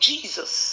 Jesus